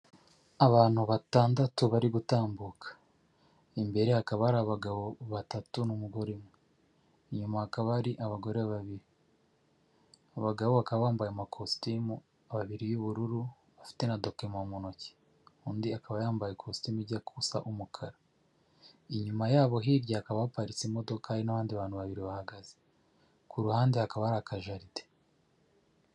Abantu batandatu bari gutambuka. Imbere hakaba hari abagabo batatu n'umugore umwe. Inyuma hakaba hari abagore babiri. Abagabo bakaba bambaye amakositimu abiri y'ubururu bafite na dokima mu ntoki. Undi akaba yambaye ikositimu ijya gusa umukara. Inyuma yabo hirya hakaba baparitse imodoka hari n'abandi bantu babiri bahagaze. Ku ruhande hakaba hari ari akajaride.